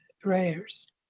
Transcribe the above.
prayers